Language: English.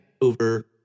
over